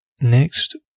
Next